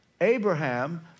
Abraham